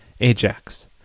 Ajax